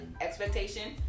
expectation